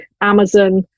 Amazon